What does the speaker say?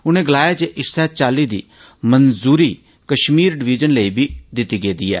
उनें गलाया जे इस्सै चाल्ली दी मंजूरी कश्मीर डिविजन लेई बी दित्ती गेदी ऐ